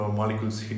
molecules